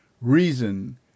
reason